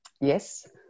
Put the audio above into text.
Yes